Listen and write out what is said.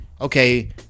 Okay